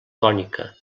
cònica